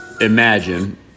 imagine